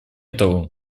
того